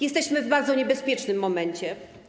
Jesteśmy w bardzo niebezpiecznym momencie.